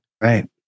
Right